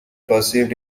perceived